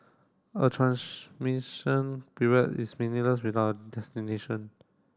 a transmission period is meaningless without a destination